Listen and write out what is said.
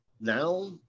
now